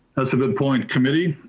that's a good point committee.